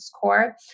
core